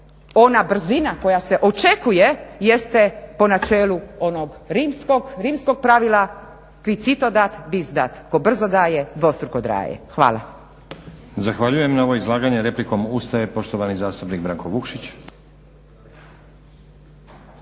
ona brzina koja se očekuje jeste po načelu onog rimskog pravila Qui cito dat bis dat, tko brzo daje, dvostruko traje. Hvala. **Stazić, Nenad (SDP)** Zahvaljujem. Na ovo izlaganje replikom ustaje poštovani zastupnik Branko Vukšić.